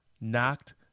knocked